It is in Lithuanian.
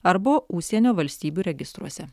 arba užsienio valstybių registruose